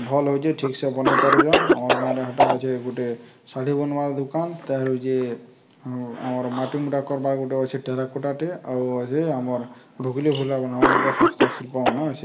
ଭଲ୍ ହଉଚେ ଠିକ୍ସେ ସେ ବନେଇପାରୁଚନ୍ ଆମର୍ ଗାଁରେ ହେଟା ଅଛେ ଗୋଟେ ଶାଢ଼ୀ ବନବାର ଦୋକାନ ତାହାଁରୁ ଯେ ଆମର୍ ମାଟି ମୁୁଟା କର୍ବାର୍କେ ଗୋଟେ ଅଛେ ଟେରାକୋଟାଟେ ଆଉ ଅଛି ଆମର୍ ଭୁଗଲି ଭୁଲା ବନାବା ଗୋଟେ ହସ୍ତଶିଳ୍ପ ମାନେ ଅଛେ